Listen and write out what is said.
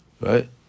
Right